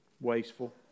Wasteful